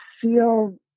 feel